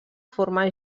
forma